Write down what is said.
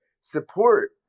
support